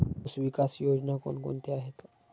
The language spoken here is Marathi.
ऊसविकास योजना कोण कोणत्या आहेत?